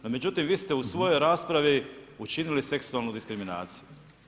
No međutim vi ste u svojoj raspravi učinili seksualnu diskriminaciju.